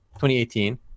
2018